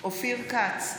אופיר כץ,